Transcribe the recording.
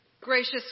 Gracious